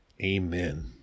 amen